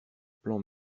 plan